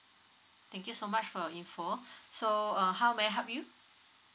thank you so much for you info so uh how may I help you